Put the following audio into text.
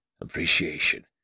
appreciation